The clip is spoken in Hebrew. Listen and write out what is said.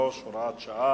83, הוראת שעה)